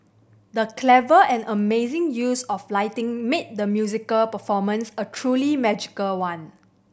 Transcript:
the clever and amazing use of lighting made the musical performance a truly magical one